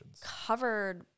covered